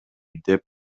деп